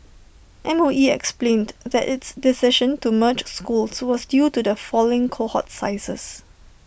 M O E explained that its decision to merge schools so was due to the falling cohort sizes